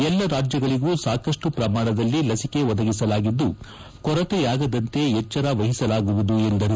ಎಲ್ಲ ರಾಜ್ಯಗಳಗೂ ಸಾಕಷ್ಟು ಪ್ರಮಾಣದಲ್ಲಿ ಲಸಿಕೆ ಒದಗಿಸಲಾಗಿದ್ದು ಕೊರತೆಯಾಗದಂತೆ ಎಚ್ಷರ ವಹಿಸಲಾಗುವುದು ಎಂದರು